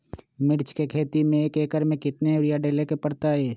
मिर्च के खेती में एक एकर में कितना यूरिया डाले के परतई?